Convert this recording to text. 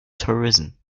torsion